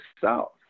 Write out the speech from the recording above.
south